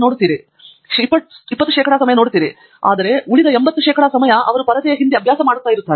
ತಂಗಿರಾಲ ನಿಜ professor Andrew Thangaraj ಆದ್ದರಿಂದ ಅವರ ಸಮಯದ 80 ಅವರು ಕೆಲವು ಪರದೆಗಳನ್ನು ಅಭ್ಯಾಸ ಮಾಡುತ್ತಿದ್ದಾರೆ